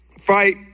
fight